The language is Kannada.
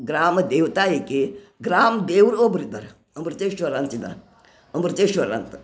ಗ್ರಾಮ ದೇವತಾ ಈಕಿ ಗ್ರಾಮ ದೇವ್ರು ಒಬ್ರಿದ್ದಾರೆ ಅಮೃತೇಶ್ವರಂತಿದ್ದಾರೆ ಅಮೃತೇಶ್ವರಂತ